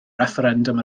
refferendwm